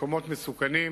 כמקומות מסוכנים.